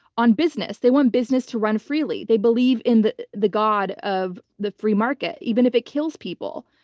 on business. they want business to run freely. they believe in the the god of the free market, even if it kills people.